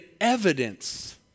evidence